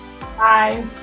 Bye